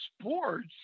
sports